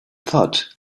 thud